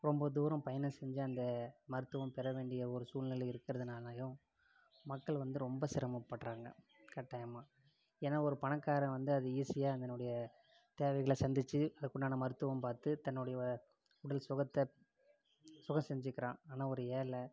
ரொம்ப தூரம் பயணம் செஞ்சு அந்த மருத்துவம் பெற வேண்டிய ஒரு சூழ்நிலை இருக்கிறதுனாலையும் மக்கள் வந்து ரொம்ப சிரமப்படறாங்க கட்டாயமாக ஏனால் ஒரு பணக்காரன் வந்து அது ஈஸியாக அதனுடைய தேவைகளை சந்திச்சு அதுக்குண்டான மருத்துவம் பார்த்து தன்னுடைய வ உடல் சுகத்தை சுகம் செஞ்சுக்குறான் ஆனால் ஒரு ஏழை